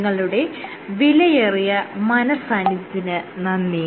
നിങ്ങളുടെ വിലയേറിയ മനഃസാന്നിധ്യത്തിന് നന്ദി